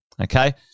okay